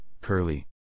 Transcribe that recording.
Curly